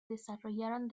desarrollaron